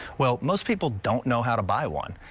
well most people don't know how to buy one.